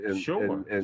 Sure